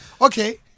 okay